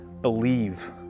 believe